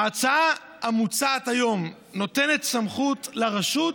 ההצעה המוצעת היום נותנת סמכות לרשות